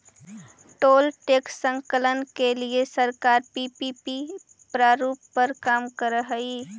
toll tax संकलन के लिए सरकार पीपीपी प्रारूप पर काम करऽ हई